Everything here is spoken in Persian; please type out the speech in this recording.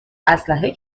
اسلحه